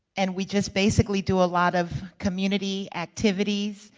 and we just basically do a lot of community activities.